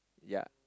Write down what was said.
yea